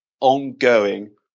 ongoing